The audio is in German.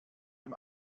dem